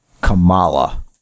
Kamala